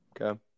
Okay